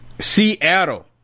Seattle